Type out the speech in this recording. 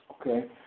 okay